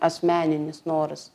asmeninis noras